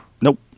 Nope